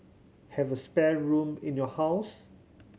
have a spare room in your house